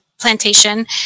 plantation